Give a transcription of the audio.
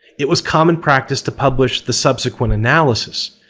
it was common practice to publish the subsequent analysis,